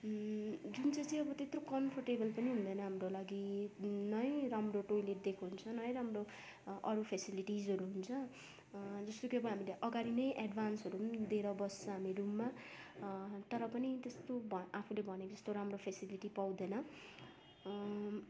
जुन चाहिँ अब त्यत्रो कम्फोर्टेबल पनि हुँदैन हाम्रो लागि नै राम्रो टोयलेट दिएको हुन्छ नै राम्रो अरू फेसिलिटिजहरू हुन्छ जस्तो कि हामीले अगाडि नै एडभान्सहरू पनि दिएर बस्छ हामी रुममा तर पनि त्यस्तो आफूले भनेको जस्तो राम्रो फेसिलिटी पाउँदैन